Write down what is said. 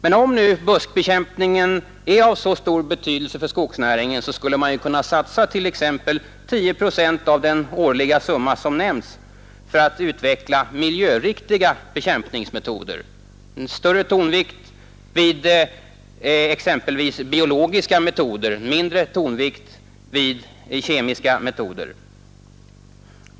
Men om nu buskbekämpningen är av så stor betydelse för skogsnäringen skulle man ju kunna satsa t.ex. 10 procent av den årliga summa som nämnts för att utveckla miljöriktiga bekämpningsmetoder — större tonvikt vid exempelvis biologiska metoder, mindre tonvikt vid kemiska metoder.